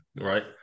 Right